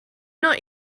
not